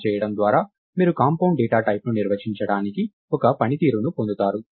ఇలా చేయడం ద్వారా మీరు కాంపౌండ్ డేటా టైప్ ను నిర్వచించడానికి ఒక పనితీరు ను పొందుతారు